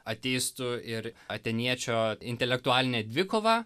ateistų ir atėniečio intelektualinė dvikova